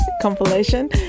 compilation